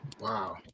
Wow